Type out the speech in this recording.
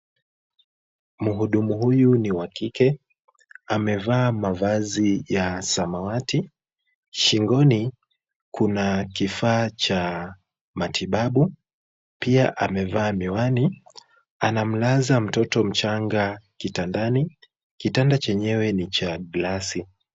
Mhudumu huyu ni wa kike. Amevaa mavazi ya samawati. Shingoni kuna kifaa cha matibabu. Pia amevaa miwani. Anamlaza mtoto mchanga kitandani. Kitanda chenyewe ni cha glasi.